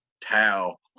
towel